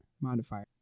modifier